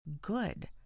good